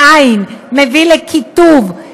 מביא לקיטוב.